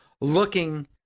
looking